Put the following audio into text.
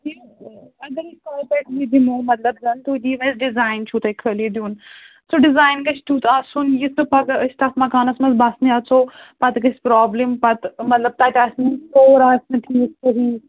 اگر أسۍ کالہِ پٮ۪ٹھ یہِ دِمو مطلب زَن تُہۍ دِیِو اَسہِ ڈِزایِن چھُو تۄہہِ خٲلی دیُن سُہ ڈِزایِن گژھِ تٮُ۪تھ آسُن یُتھ نہٕ پَگاہ أسۍ تَتھ مکانَس منٛز بَسنہِ اژو پَتہٕ گژھِ پرٛابلِم پَتہٕ مطلب تَتہِ آسہِ نہٕ سور آسہِ نہٕ ٹھیٖک کِہیٖنٛۍ